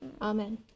Amen